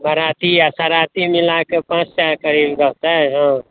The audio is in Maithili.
बाराती आ सराती मिलाके पाँच सए करीब रहतथि हँ